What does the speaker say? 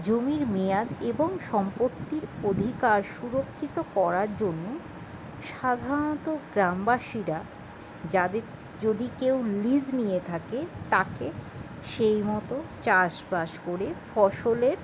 জমির মেয়াদ এবং সম্পত্তির অধিকার সুরক্ষিত করার জন্য সাধারণত গ্রামবাসীরা যাদের যদি কেউ লিজ নিয়ে থাকে তাকে সেই মতো চাষবাস করে ফসলের